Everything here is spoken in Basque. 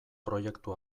proiektu